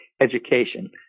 education